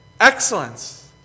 excellence